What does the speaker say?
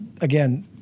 again